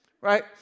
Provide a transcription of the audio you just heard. Right